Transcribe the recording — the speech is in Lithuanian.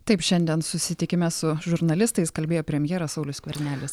taip šiandien susitikime su žurnalistais kalbėjo premjeras saulius skvernelis